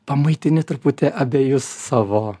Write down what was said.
pamaitini truputį abejus savo